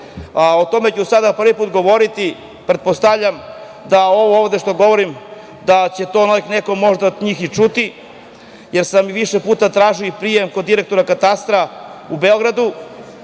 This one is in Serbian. O tome ću sada prvi put govoriti. Pretpostavljam da ovo ovde što govorim da će to neko od njih možda i čuti, jer sam više puta tražio i prijem kod direktora Katastra u Beogradu.